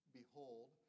behold